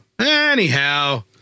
anyhow